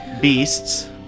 beasts